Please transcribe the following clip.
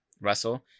russell